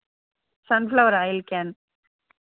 sunflower oil can